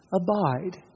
abide